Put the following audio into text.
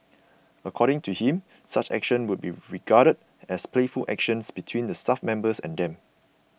according to him such actions would be regarded as playful actions between the staff members and them